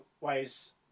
ways